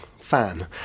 fan